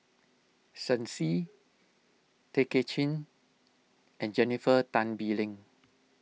Shen Xi Tay Kay Chin and Jennifer Tan Bee Leng